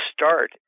start